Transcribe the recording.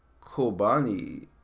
Kobani